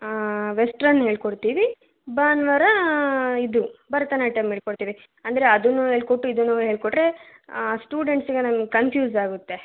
western ಹೇಳಿಕೊಡ್ತೀವಿ ಭಾನುವಾರ ಇದು ಭರತನಾಟ್ಯಮ್ ಹೇಳ್ಕೊಡ್ತೀವಿ ಅಂದರೆ ಅದನ್ನೂ ಹೇಳ್ಕೊಟ್ಟು ಇದನ್ನೂ ಹೇಳ್ಕೊಟ್ರೆ ಸ್ಟೂಡೆಂಟ್ಸಿಗೆ ಕನ್ಫ್ಯೂಸ್ ಆಗುತ್ತೆ